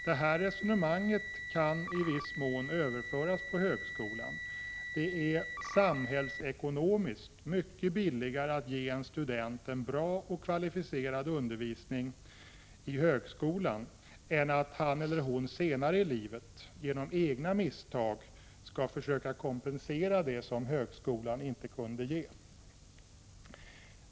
Detta resonemang kan i viss mån överföras på högskolan. Det är samhällsekonomiskt mycket billigare att ge en student en bra och kvalificerad undervisning i högskolan än att han eller hon senare i livet genom egna misstag skall försöka kompensera det som högskolan inte kunde ge.